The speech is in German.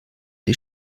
die